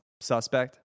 suspect